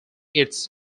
its